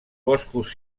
boscos